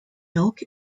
milk